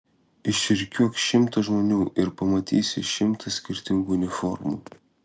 išrikiuok šimtą žmonių ir pamatysi šimtą skirtingų uniformų